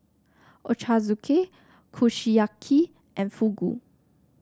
Ochazuke Kushiyaki and Fugu